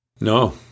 No